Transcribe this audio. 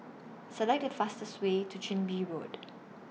Select The fastest Way to Chin Bee Road